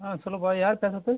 ஆ சொல்லுப்பா யார் பேசுறது